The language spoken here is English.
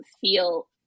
feel